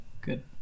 Good